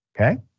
okay